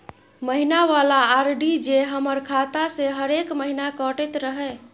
महीना वाला आर.डी जे हमर खाता से हरेक महीना कटैत रहे?